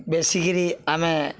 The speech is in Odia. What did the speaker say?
ବେଶୀକରି ଆମେ